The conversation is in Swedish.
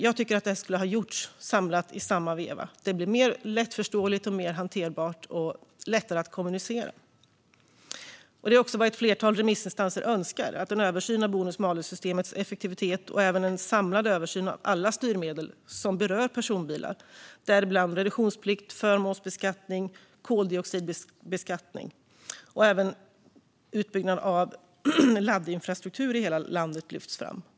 Jag tycker att det skulle ha gjorts samlat, i samma veva. Det blir mer lättförståeligt, mer hanterbart och lättare att kommunicera. Det är också vad ett flertal remissinstanser önskar: en översyn av bonus-malus-systemets effektivitet och även en samlad översyn av alla styrmedel som berör personbilar, däribland reduktionsplikt, förmånsbeskattning och koldioxidbeskattning. Även utbyggnad av laddinfrastruktur i hela landet lyfts fram.